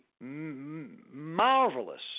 marvelous